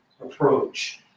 approach